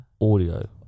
audio